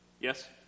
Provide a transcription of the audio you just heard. Yes